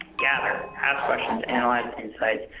gather, ask questions, analyze insights,